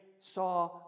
saw